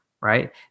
right